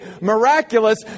miraculous